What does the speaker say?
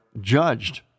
judged